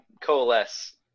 coalesce